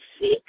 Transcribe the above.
seek